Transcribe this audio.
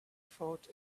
fought